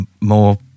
more